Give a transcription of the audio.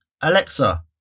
Alexa